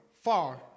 Far